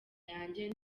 yanjye